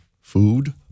food